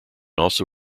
also